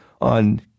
on